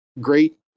great